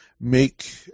make